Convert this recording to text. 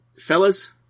Fellas